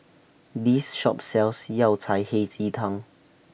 This Shop sells Yao Cai Hei Ji Tang